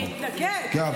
להתנגד כן.